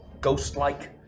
ghost-like